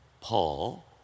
Paul